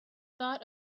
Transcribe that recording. thought